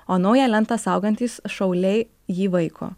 o naują lentą saugantys šauliai jį vaiko